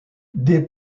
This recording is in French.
des